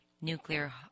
nuclear